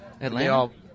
Atlanta